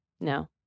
No